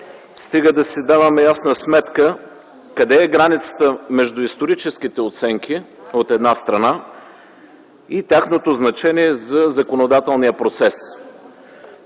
стига да си даваме ясна сметка, къде е границата между историческите оценки, от една страна, и тяхното значение за законодателния процес.